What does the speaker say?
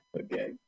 Okay